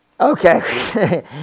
Okay